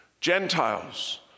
Gentiles